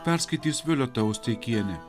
perskaitys violeta osteikienė